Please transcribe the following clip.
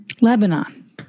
Lebanon